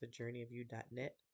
thejourneyofyou.net